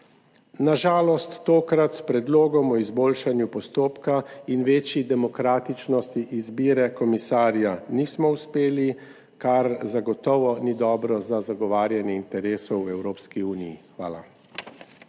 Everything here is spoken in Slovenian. Na žalost tokrat s predlogom o izboljšanju postopka in večji demokratičnosti izbire komisarja nismo uspeli, kar zagotovo ni dobro za zagovarjanje interesov v Evropski uniji. Hvala.